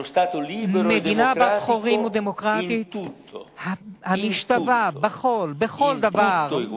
מדינה בת-חורין ודמוקרטית, המשתווה בכול, בכל דבר,